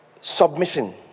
submission